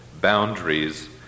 boundaries